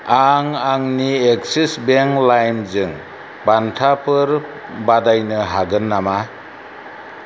आं आंनि Axis bank लाइमजों बान्थाफोर बादायनो हागोन नामा